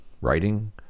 writing